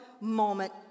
moment